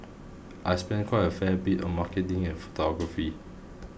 I spend quite a fair bit on marketing and photography